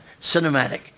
cinematic